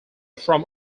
from